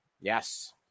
Yes